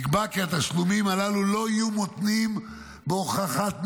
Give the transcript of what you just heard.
נקבע כי התשלומים הללו לא יהיו מותנים בהוכחת נזק.